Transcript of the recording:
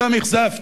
אותם אכזבתי,